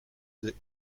the